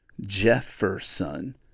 Jefferson